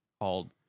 called